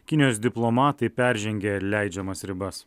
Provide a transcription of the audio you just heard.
kinijos diplomatai peržengė leidžiamas ribas